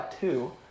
two